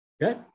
Good